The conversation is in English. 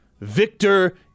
Victor